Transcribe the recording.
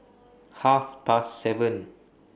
Half Past seven